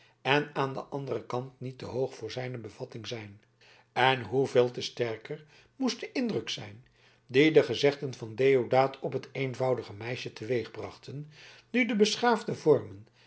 en aan den anderen kant niet te hoog voor zijne bevatting zijn en hoeveel te sterker moest de indruk zijn dien de gezegden van deodaat op het eenvoudige meisje teweegbrachten nu de beschaafde vormen